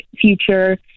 future